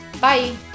Bye